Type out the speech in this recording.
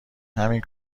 همین